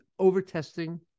overtesting